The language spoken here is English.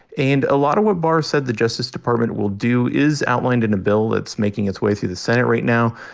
and a lot of what barr said the justice department will do is outlined in a bill that's making its way through the senate right now.